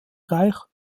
reich